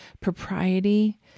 propriety